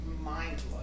mindless